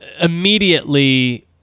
immediately